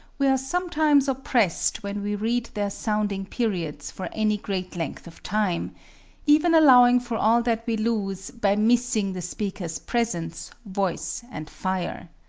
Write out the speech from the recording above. we are sometimes oppressed when we read their sounding periods for any great length of time even allowing for all that we lose by missing the speaker's presence, voice, and fire.